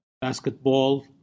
basketball